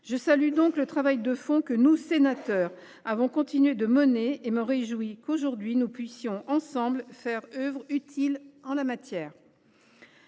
Je salue donc le travail de fond que nous, sénateurs, avons continué de mener et me réjouis qu’aujourd’hui nous puissions, ensemble, faire œuvre utile en la matière.